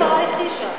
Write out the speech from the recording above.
המשטרה לא הכחישה.